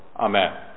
amen